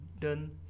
done